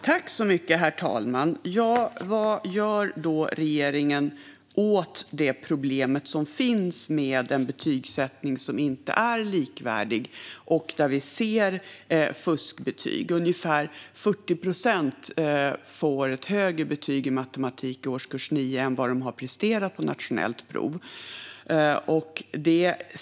Herr talman! Ja, vad gör regeringen åt det problem som finns med en betygsättning som inte är likvärdig och med att vi ser fuskbetyg? Ungefär 40 procent i årskurs 9 får ett högre betyg i matematik än de har presterat på nationellt prov.